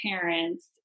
parents